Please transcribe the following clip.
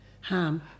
Ham